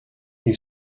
you